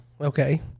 okay